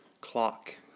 Clock